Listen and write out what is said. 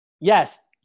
yes